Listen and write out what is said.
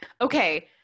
okay